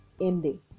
ending